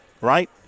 right